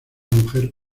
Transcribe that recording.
mujer